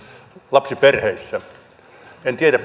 lapsiperheissä en tiedä